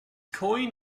coin